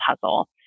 puzzle